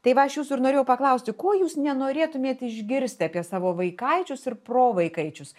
tai va aš jūsų ir norėjau paklausti kuo jūs nenorėtumėt išgirsti apie savo vaikaičius ir provaikaičius